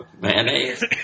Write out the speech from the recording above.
Mayonnaise